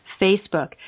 Facebook